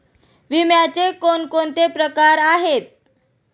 विम्याचे कोणकोणते प्रकार आहेत?